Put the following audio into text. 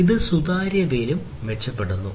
ഇത് സുതാര്യതയിലും മെച്ചപ്പെടുന്നു